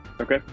Okay